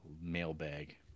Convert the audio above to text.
mailbag